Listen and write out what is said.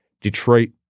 Detroit